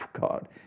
God